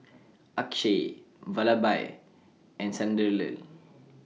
Akshay Vallabhbhai and Sunderlal